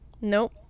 Nope